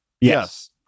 Yes